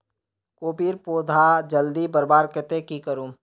कोबीर पौधा जल्दी बढ़वार केते की करूम?